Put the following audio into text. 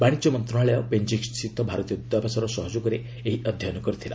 ବାଶିଜ୍ୟ ମନ୍ତ୍ରଣାଳୟ ବେଜିଂ ସ୍ଥିତ ଭାରତୀୟ ଦ୍ୱତାବାସର ସହଯୋଗରେ ଏହି ଅଧ୍ୟୟନ କରିଥିଲା